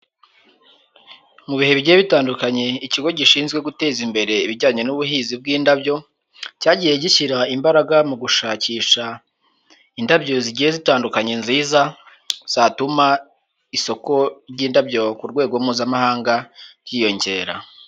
Mu bihe bigiye bitandukanye, ikigo gishinzwe guteza imbere ibijyanye n'ubuhinzi bwindabyo, cyagiye gishyira imbaraga mu gushakisha indabyo zigiye zitandukanye nziza zatuma isoko ry'indabyo ku rwego mpuzamahanga ryiyongera.